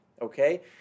okay